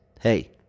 hey